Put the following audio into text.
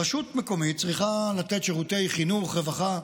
רשות מקומית צריכה לתת שירותי חינוך, רווחה,